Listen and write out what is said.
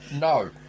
No